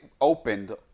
opened